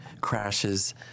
crashes